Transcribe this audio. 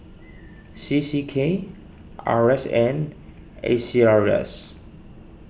C C K R S N A C R E S